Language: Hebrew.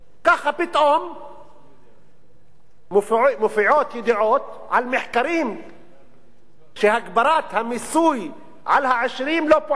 ככה פתאום מופיעות ידיעות על מחקרים שהגברת המיסוי על העשירים לא פועלת.